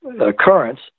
occurrence